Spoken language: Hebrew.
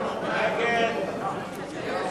ההצעה